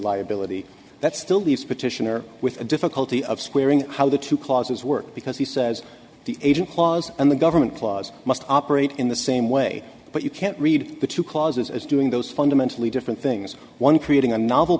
liability that still leaves petitioner with a difficulty of squaring how the two clauses work because he says the agent clause and the government clause must operate in the same way but you can't read the two clauses as doing those fundamentally different things one creating a novel